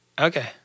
Okay